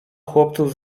chłopców